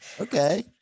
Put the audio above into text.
Okay